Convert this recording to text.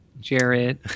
Jared